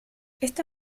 esta